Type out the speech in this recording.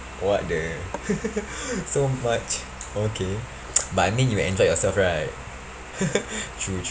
what the so much okay but I mean you enjoyed yourself right true true